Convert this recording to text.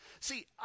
See